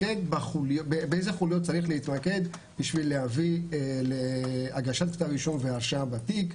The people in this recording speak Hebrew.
באיזה חוליות צריך להתמקד בשביל להביא להגשת כתב אישום והרשעה בתיק.